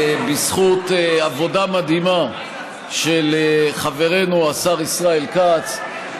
בזכות עבודה מדהימה של חברנו השר ישראל כץ,